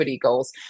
goals